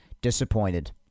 Disappointed